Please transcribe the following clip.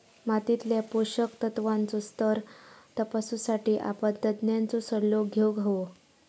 मातीतल्या पोषक तत्त्वांचो स्तर तपासुसाठी आपण तज्ञांचो सल्लो घेउक हवो